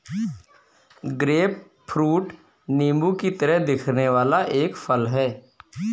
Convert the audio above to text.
grapefruit नींबू की तरह दिखने वाला एक फल है